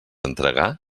entregar